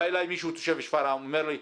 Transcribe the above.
בא אלי מישהו, תושב שפרעם, אומר לי,